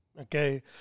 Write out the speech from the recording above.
okay